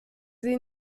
sie